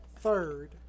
third